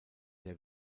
der